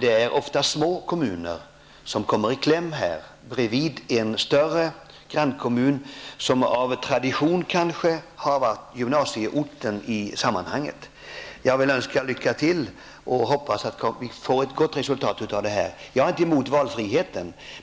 Det är ofta små kommuner som kommer i kläm bredvid en större grannkommun som av tradition kan ha varit den centrala gymnasieorten. Jag vill önska lycka till, och jag hoppas att vi får ett gott resultat. Jag är inte emot valfriheten.